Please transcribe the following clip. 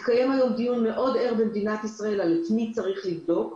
מתקיים היום דיון מאוד ער במדינת ישראל בשאלה את מי צריך לבדוק.